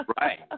Right